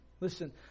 Listen